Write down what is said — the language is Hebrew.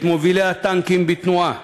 את מובילי הטנקים בתנועה,